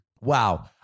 Wow